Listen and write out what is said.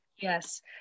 Yes